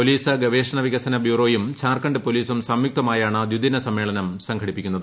police ഗവേഷണ വികസന ബ്യൂറോയും ത്ധാർഖണ്ഡ് പൊലീസും സംയൂക്തമായാണ് ദിദിന സമ്മേളനം സംഘടിപ്പിക്കുന്നത്